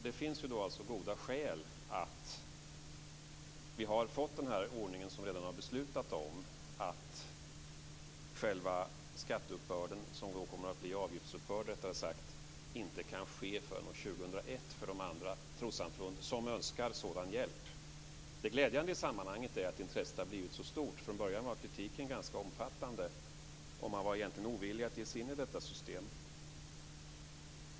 Det finns alltså goda skäl för att vi har den ordning som vi redan har beslutat om, dvs. att själva skatteuppbörden, som kommer att bli avgiftsuppbörd, inte kan ske förrän år 2001 för de andra trossamfund som önskar sådan hjälp. Det glädjande är att intresset har blivit så stort. Från början var kritiken ganska omfattande, och man var egentligen ovillig att ge sig in i detta system.